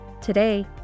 Today